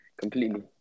completely